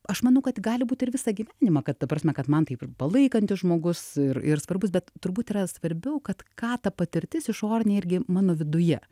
aš manau kad gali būt ir visą gyvenimą kad ta prasme kad man taip ir palaikantis žmogus ir ir svarbus bet turbūt yra svarbiau kad ką ta patirtis išorinė irgi mano viduje